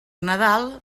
nadal